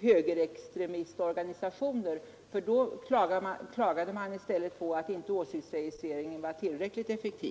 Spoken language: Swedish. högerextremistorganisationer; där klagade man i stället över att åsiktsregistreringen inte var tillräckligt effektiv.